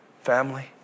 family